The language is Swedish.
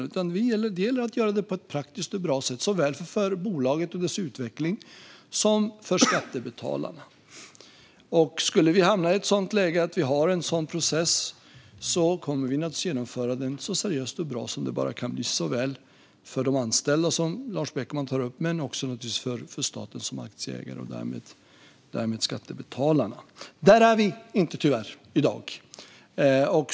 Det gäller att göra det på ett praktiskt och bra sätt såväl för bolaget och dess utveckling som för skattebetalarna. Skulle vi hamna i ett sådant läge att vi har en sådan process kommer vi naturligtvis att genomföra den så seriöst och bra som det bara kan bli. Det gäller för de anställda, som Lars Beckman tar upp, men också för staten som aktieägare och därmed skattebetalarna. Där är vi tyvärr inte i dag.